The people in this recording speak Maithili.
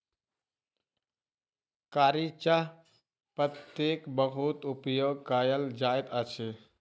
कारी चाह पत्तीक बहुत उपयोग कयल जाइत अछि